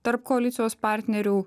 tarp koalicijos partnerių